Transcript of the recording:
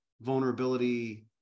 vulnerability